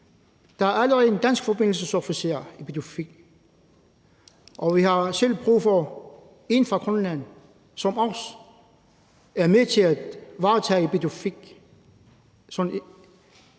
der er allerede en dansk forbindelsesofficer i Pituffik, og vi har selv brug for en fra Grønland, som også er med til at varetage Pituffik